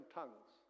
tongues